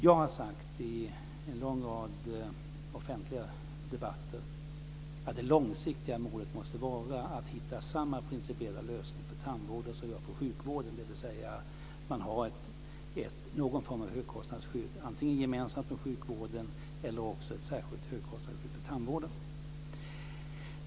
Jag har i en lång rad offentliga debatter sagt att det långsiktiga målet måste vara att hitta samma principiella lösning för tandvården som vi har för sjukvården. Man kan ha någon form av högkostnadsskydd gemensamt med sjukvården eller också ett särskilt högkostnadsskydd för tandvården.